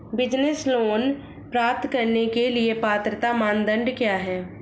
Business loan प्राप्त करने के लिए पात्रता मानदंड क्या हैं?